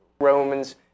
Romans